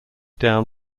down